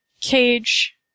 Cage